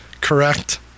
correct